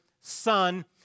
Son